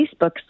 Facebook